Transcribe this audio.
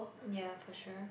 yea for sure